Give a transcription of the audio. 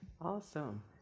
Awesome